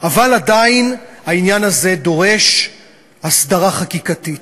אבל עדיין העניין הזה דורש הסדרה חקיקתית.